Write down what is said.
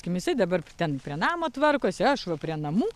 jisai dabar ten prie namo tvarkosi aš va prie namų